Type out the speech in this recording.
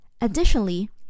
Additionally